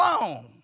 alone